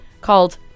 called